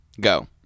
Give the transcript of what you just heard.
Go